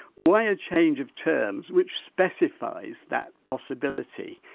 why a change of terms which specifies that possibility,